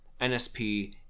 nsp